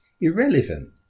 irrelevant